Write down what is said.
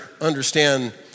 understand